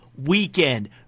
Weekend